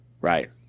Right